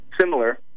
similar